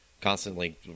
Constantly